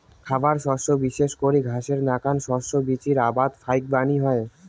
খাবার শস্য বিশেষ করি ঘাসের নাকান শস্য বীচির আবাদ ফাইকবানী হই